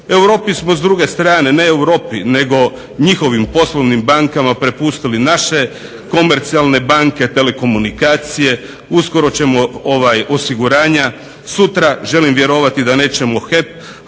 Europi smo s druge strane, ne Europi, njihovim poslovnim bankama prepustili naše komercijalne banke, telekomunikacije, uskoro ćemo osiguranja, sutra želim vjerovati da nećemo HEP